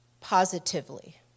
positively